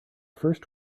first